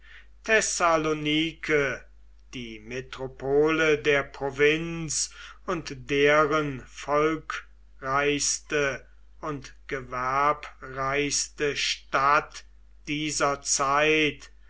thessalonike die metropole der provinz und deren volkreichste und gewerbreichste stadt dieser zeit